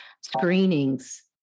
screenings